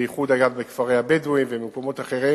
בייחוד בכפרי הבדואים ובמקומות אחרים.